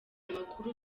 amakuru